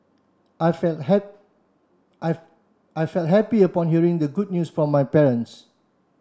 I felt I I felt happy upon hearing the good news from my parents